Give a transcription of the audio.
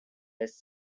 west